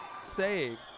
save